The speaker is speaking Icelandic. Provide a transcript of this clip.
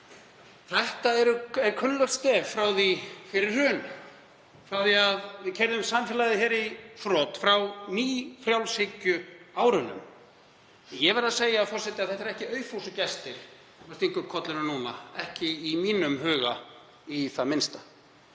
Þetta er kunnuglegt stef frá því fyrir hrun, frá því að við keyrðum samfélagið í þrot, frá nýfrjálshyggjuárunum. Ég verð að segja, forseti, að þetta eru ekki aufúsugestir sem stinga upp kollinum núna, ekki í mínum huga í það minnsta.